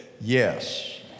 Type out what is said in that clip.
yes